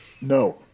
No